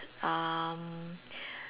um